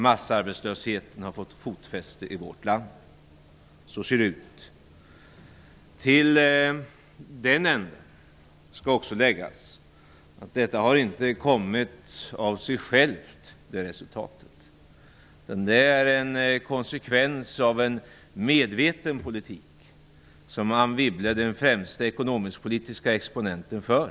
Massarbetslösheten har fått fotfäste i vårt land. Så ser det ut. Till det här skall läggas att detta resultat inte har kommit av sig självt utan är en konsekvens av en medveten politik, som Anne Wibble är den främsta ekonomisk-politiska exponenten för.